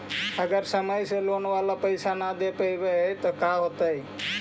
अगर समय से लोन बाला पैसा न दे पईबै तब का होतै?